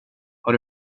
har